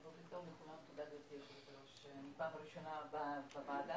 זו הפעם הראשונה שלי בוועדה.